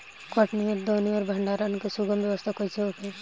कटनी और दौनी और भंडारण के सुगम व्यवस्था कईसे होखे?